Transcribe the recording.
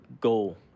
goal